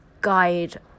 guide